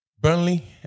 Burnley